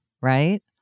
right